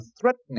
threatening